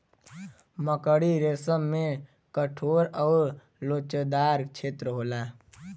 मकड़ी रेसम में कठोर आउर लोचदार छेत्र होला